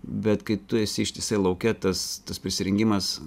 bet kai tu esi ištisai lauke tas tas prisirengimas